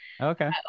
Okay